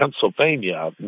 Pennsylvania